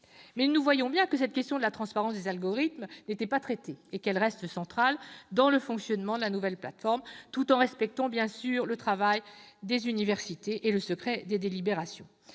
Mais on voit bien que cette question de la transparence des algorithmes n'était pas traitée ; or elle reste centrale dans le fonctionnement de la nouvelle plateforme, ceci ne retirant rien, bien sûr, au respect dû au travail des universités et au secret des délibérations.